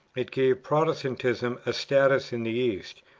it gave protestantism a status in the east,